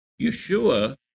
Yeshua